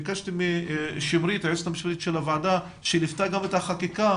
ביקשתי מהיועצת המשפטית של הוועדה שגם ליוותה את החקיקה,